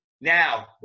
Now